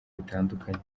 bitandukanye